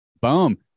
Boom